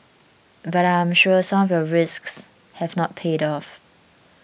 but I'm sure some risks have not paid off